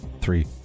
Three